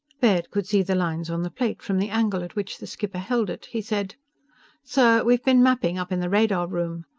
baird could see the lines on the plate, from the angle at which the skipper held it. he said sir, we've been mapping, up in the radar room.